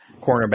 cornerback